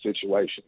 situation